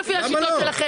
למה לא?